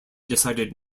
decided